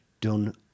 done